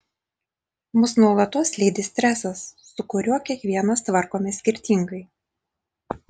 mus nuolatos lydi stresas su kuriuo kiekvienas tvarkomės skirtingai